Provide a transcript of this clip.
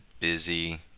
busy